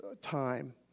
time